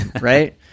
right